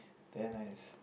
they're nice